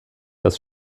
dass